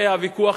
זה הוויכוח,